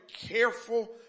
careful